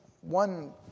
one